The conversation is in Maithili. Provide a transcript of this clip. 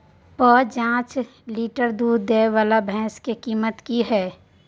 प जॉंच लीटर दूध दैय वाला भैंस के कीमत की हय?